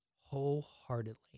wholeheartedly